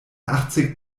achtzig